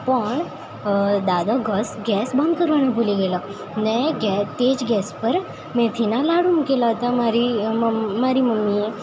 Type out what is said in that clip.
પણ દાદા ગેસ બંધ કરવાનું ભૂલી ગયેલા ને તેજ ગેસ પર મેથીના લાડુ મૂકેલાં હતાં મારી મારી મમ્મીએ